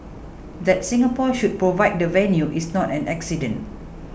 that Singapore should provide the venue is not an accident